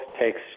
takes